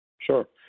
Sure